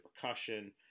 percussion